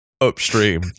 upstream